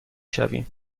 شویم